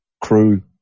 crew